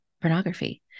pornography